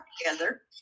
together